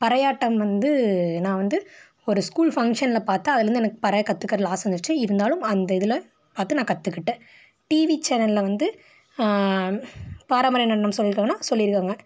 பறை ஆட்டம் வந்து நான் வந்து ஒரு ஸ்கூல் ஃபங்க்ஷனில் பார்த்தேன் அதில் இருந்து எனக்கு பறை கத்துக்குறதில் ஆசை வந்துச்சு இருந்தாலும் அந்த இதில் பார்த்து நான் கற்றுக்கிட்டேன் டிவி சேனலில் வந்த பாரம்பரிய நடனம் சொல்லியிருக்காங்கன்னா சொல்லியிருக்காங்க